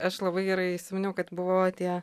aš labai gerai įsiminiau kad buvo tie